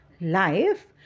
Life